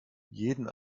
jeden